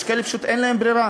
יש כאלה שאין להם ברירה,